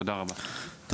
תודה רבה.